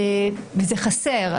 זה חסר.